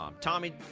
Tommy